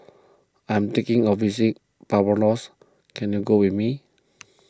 I am thinking of visiting Barbados can you go with me